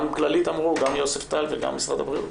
גם כללית אמרו, גם יוספטל וגם משרד הבריאות,